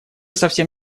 совсем